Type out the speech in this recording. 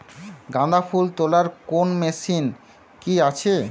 গাঁদাফুল তোলার কোন মেশিন কি আছে?